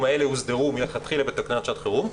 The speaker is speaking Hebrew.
האלה הסדירו מלכתחילה בתקנות שעת חירום,